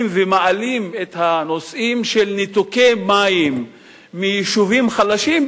ומעלים את הנושאים של ניתוקי מים ליישובים חלשים,